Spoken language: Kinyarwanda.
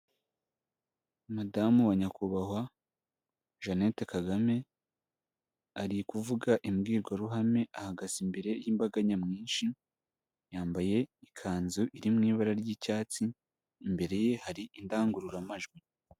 Madamu wa nyakubahwa Jeannette Kagame arivuga imbwirwaruhame, ahagaze imbere y'imbaga nyamwinshi, yambaye ikanzu iri mu ibara ry'icyatsi, imbere ye hari indangururamajwi.